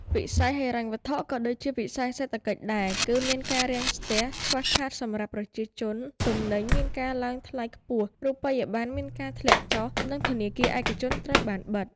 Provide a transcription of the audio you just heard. វិស័យហិរញ្ញវត្ថុក៏ដូចជាវិស័យសេដ្ឋកិច្ចដែរ គឺមានការរាំងស្ទះ ខ្វះខាតសម្រាប់ប្រជាជន ទំនិញមានការឡើងថ្លៃខ្ពស់ រូបិយប័ណ្ណ មានការធាក់ចុះ និងធានាគារឯកជនត្រូវបានបិត។